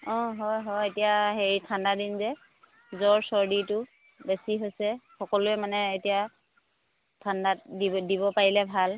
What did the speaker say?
অঁ হয় হয় এতিয়া হেৰি ঠাণ্ডা দিন যে জ্বৰ চৰ্দিটো বেছি হৈছে সকলোৱে মানে এতিয়া ঠাণ্ডাত দিব পাৰিলে ভাল